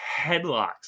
headlocks